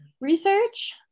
research